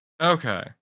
Okay